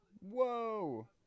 Whoa